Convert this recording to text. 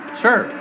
sure